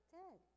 dead